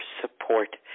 support